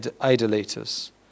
idolaters